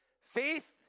Faith